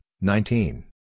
nineteen